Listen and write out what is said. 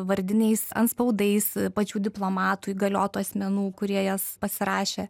vardiniais antspaudais pačių diplomatų įgaliotų asmenų kurie jas pasirašė